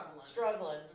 struggling